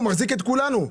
הוא מחזיק את כולנו.